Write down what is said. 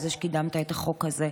תודה על זה שקידמת את החוק הזה,